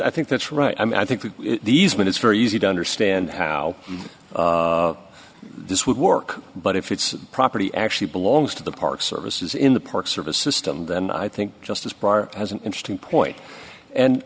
i think that's right i mean i think that these men it's very easy to understand how this would work but if it's property actually belongs to the park services in the park service system then i think just as far as an interesting point and